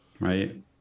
right